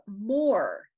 more